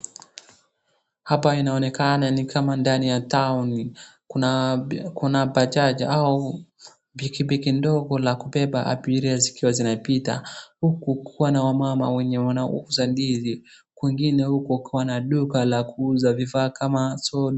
Hapa inaonekana ni kama ndani ya town , kuna bajaji au pikipiki ndogo la kubeba abiria zikiwa zinapiata huku kukiwa na wamama wenye wanauza ndizi. Kwingine huko kuna duka la kuuza vifaa kama soda.